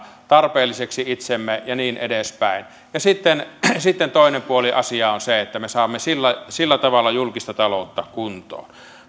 tarpeelliseksi itsemme ja niin edespäin ja sitten sitten toinen puoli asiaa on se että me saamme sillä sillä tavalla julkista taloutta kuntoon